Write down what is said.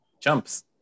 Jumps